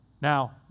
Now